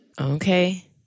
Okay